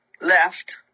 left